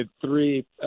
three